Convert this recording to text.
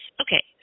Okay